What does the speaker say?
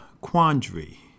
quandary